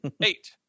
Eight